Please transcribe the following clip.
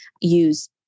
use